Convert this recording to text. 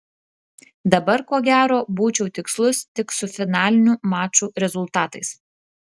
dabar ko gero būčiau tikslus tik su finalinių mačų rezultatais